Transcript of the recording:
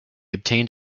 obtained